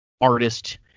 artist